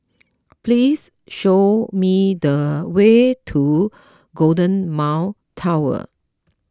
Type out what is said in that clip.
please show me the way to Golden Mile Tower